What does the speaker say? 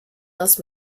las